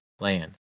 land